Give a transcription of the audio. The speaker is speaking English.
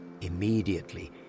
Immediately